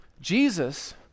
Jesus